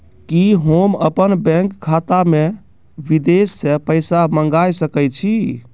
कि होम अपन बैंक खाता मे विदेश से पैसा मंगाय सकै छी?